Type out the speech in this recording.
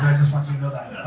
just want you to know that.